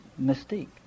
mystique